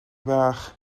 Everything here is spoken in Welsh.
bach